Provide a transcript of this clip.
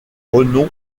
renom